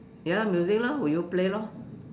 ya music lah will you play lor